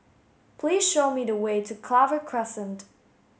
please show me the way to Clover Crescent